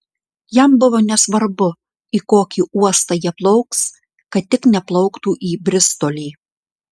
jam buvo nesvarbu į kokį uostą jie plauks kad tik neplauktų į bristolį